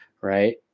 right